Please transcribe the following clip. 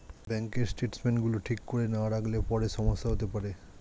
ব্যাঙ্কের স্টেটমেন্টস গুলো ঠিক করে না রাখলে পরে সমস্যা হতে পারে